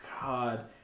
god